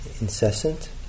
incessant